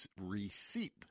receipt